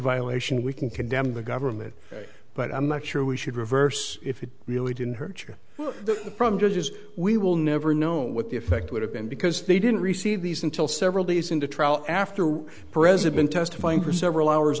violation we can condemn the government but i'm not sure we should reverse if it really didn't hurt you from judges we will never know what the effect would have been because they didn't receive these until several days into trial after we present been testifying for several hours